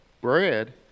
bread